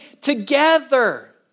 together